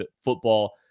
football